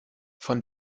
von